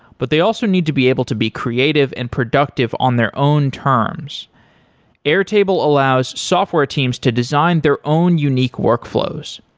but they also need to be able to be creative and productive on their own terms airtable allows software teams to design their own unique workflows.